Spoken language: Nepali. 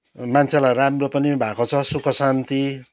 मान्छेलाई राम्रो पनि भएको छ सुख शान्ति